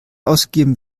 ausgegeben